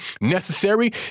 necessary